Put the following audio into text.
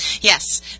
Yes